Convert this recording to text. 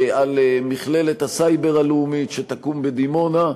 על מכללת הסייבר הלאומית שתקום בדימונה,